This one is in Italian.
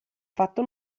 fatto